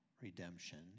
redemption